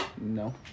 No